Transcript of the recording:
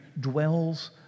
dwells